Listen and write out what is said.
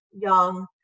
young